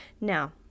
Now